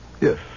Yes